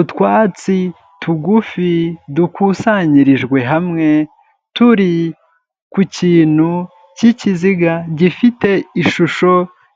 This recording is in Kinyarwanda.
Utwatsi tugufi dukusanyirijwe hamwe, turi ku kintu cy'ikiziga gifite ishusho